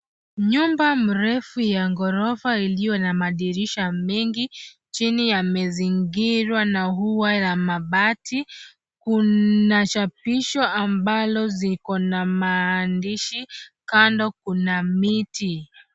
Nyumba mrefu ya ghorofa iliyo na madirisha mengi chini yamezingirwa na ua ya mabati. Kuna chapisho ambalo ziko na maandishi. Kando kuna miti.